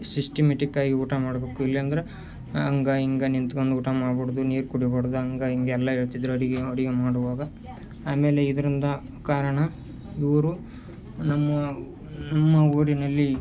systematic ಆಗಿ ಊಟ ಮಾಡಬೇಕು ಇಲ್ಲಂದರೆ ಹಂಗ ಇಂಗ ನಿಂತ್ಕೊಂಡು ಊಟ ಮಾಡ್ಬುಡದು ನೀರು ಕುಡ್ಬುಡದು ಹಂಗ ಹಿಂಗ ಎಲ್ಲ ಹೇಳ್ತಿದ್ರು ಅಡುಗೆ ಅಡುಗೆ ಮಾಡುವಾಗ ಆಮೇಲೆ ಇದರಿಂದ ಕಾರಣ ಇವರು ನಮ್ಮ ನಮ್ಮ ಊರಿನಲ್ಲಿ